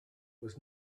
was